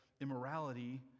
immorality